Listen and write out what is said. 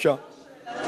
אם אפשר,